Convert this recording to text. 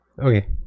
Okay